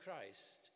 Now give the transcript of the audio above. Christ